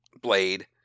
Blade